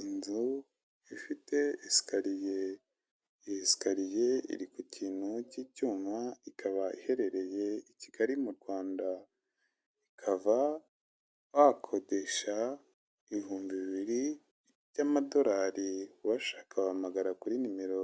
Inzu ifite eskariye, iyo eskariye iri ku kintu cy'icyuma ikaba iherereye i kigali mu rwanda ikava wakodesha ibihumbi bibiri by'amadorari uwashaka wahamagara kuri nimero